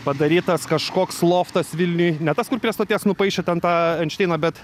padarytas kažkoks loftas vilniuj ne tas kur prie stoties nupaišė ten tą einšteiną bet